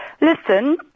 Listen